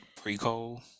pre-cold